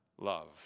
love